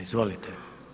Izvolite.